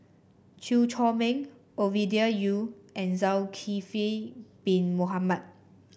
Chew Chor Meng Ovidia Yu and Zulkifli Bin Mohamed